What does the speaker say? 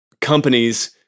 companies